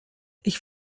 ich